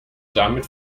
damit